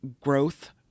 growth